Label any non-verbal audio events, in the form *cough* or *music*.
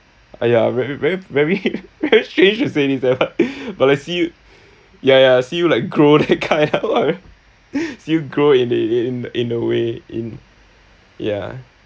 !aiya! very very very *laughs* very strange to say this eh but but like see you yeah yeah see you like grow that kind ah see you grow in in in in a way in yeah